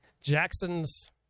Jackson's